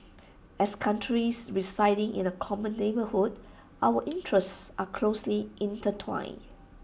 as countries residing in the common neighbourhood our interests are closely intertwined